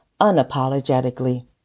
unapologetically